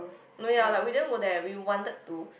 no ya like we didn't go there we wanted to